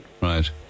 Right